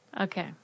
okay